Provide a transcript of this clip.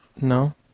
No